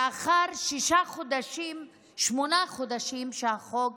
לאחר שמונה חודשים מאז שהחוק